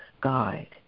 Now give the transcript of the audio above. guide